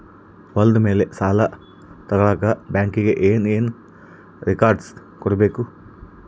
ಹೊಲದ ಮೇಲೆ ಸಾಲ ತಗಳಕ ಬ್ಯಾಂಕಿಗೆ ಏನು ಏನು ರೆಕಾರ್ಡ್ಸ್ ಕೊಡಬೇಕು?